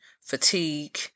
fatigue